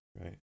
right